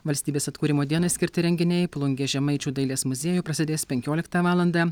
valstybės atkūrimo dienai skirti renginiai plungės žemaičių dailės muziejuje prasidės penkioliktą valandą